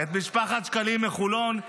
-- את משפחת שקלים מחולון,